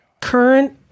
current